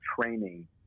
training